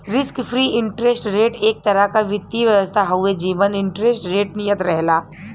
risk free interest rate एक तरह क वित्तीय व्यवस्था हउवे जेमन इंटरेस्ट रेट नियत रहला